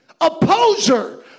opposer